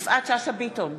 יפעת שאשא ביטון,